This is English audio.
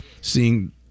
seeing